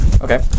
Okay